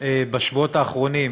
בשבועות האחרונים